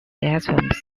items